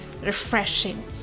refreshing